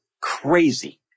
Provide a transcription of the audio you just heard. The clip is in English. crazy